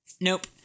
Nope